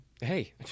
Hey